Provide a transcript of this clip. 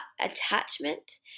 attachment